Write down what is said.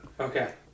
Okay